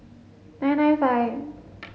nine nine five